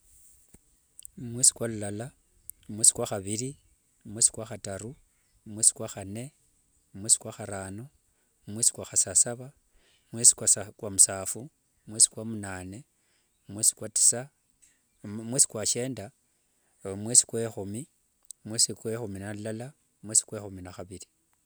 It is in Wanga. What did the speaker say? Mwesi kwa lulala, mwesi kwa khaviri, mwesi kwa khataru, mwesi kwa khanne, mwesi kwa kharano, mwesi kwa khasasava, mwesi kwa musaphu mwesi kwa munane mwesi kwa kwa tisa, mwesi kwa shienda mwesi kwa ekhumi, mwesi kwa ekhumi nalulala, mwesi kwa ekhumi ne khaviri.